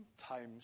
times